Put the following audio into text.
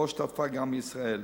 שבו שותפה גם ישראל.